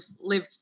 live